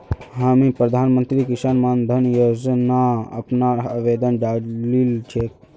हामी प्रधानमंत्री किसान मान धन योजना अपनार आवेदन डालील छेक